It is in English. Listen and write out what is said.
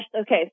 Okay